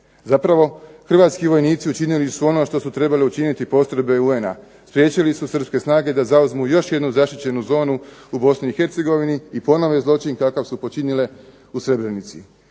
Zapravo hrvatski vojnici učinili su ono što su trebale učiniti postrojbe UN-a. spriječili su srpske snage da zauzmu još jednu zaštićenu zonu u Bosni i Hercegovini i ponove zločin kakav su počinile u Srebrenici.